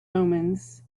omens